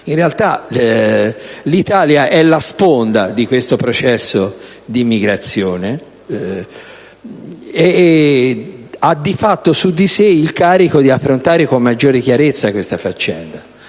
In realtà però l'Italia è la sponda di questo processo di immigrazione e ha di fatto su di sé il carico di affrontare con maggior chiarezza questa faccenda.